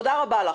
תודה רבה לך.